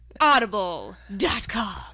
Audible.com